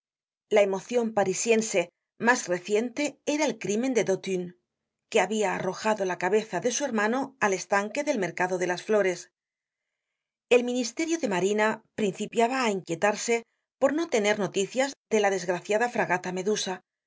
la emocion parisiense mas reciente era el crímen de dautun que habia arrojado la cabeza de su hermano al estanque del mercado de las flores el ministerio de marina principiaba á inquietarse por no tener noticias de la desgraciada fragata medusa que